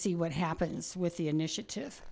see what happens with the initiative